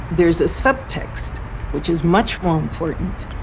there's a subtext which is much more important.